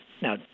Now